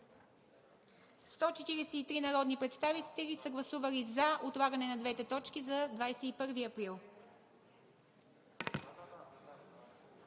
143 народни представители са гласували за отлагане на двете точки за 21 април,